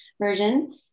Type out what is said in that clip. version